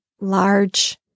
large